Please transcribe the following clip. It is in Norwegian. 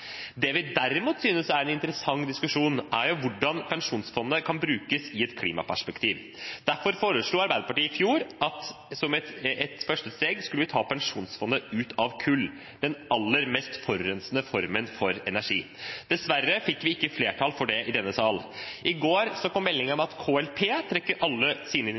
Det vi derimot synes er en interessant diskusjon, er hvordan pensjonsfondet kan brukes i et klimaperspektiv. Derfor foreslo Arbeiderpartiet, Senterpartiet og Sosialistisk Venstreparti i forrige sesjon at vi, som et første steg, skulle ta pensjonsfondet ut av kull, den aller mest forurensende formen for energi. Dessverre fikk vi ikke flertall for det i denne sal. I går kom meldingen om at KLP trekker alle sine